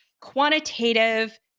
quantitative